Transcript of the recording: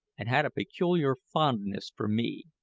and had a peculiar fondness for me.